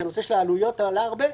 כי הנושא של העלויות עלה הרבה,